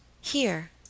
Here